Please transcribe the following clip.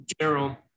general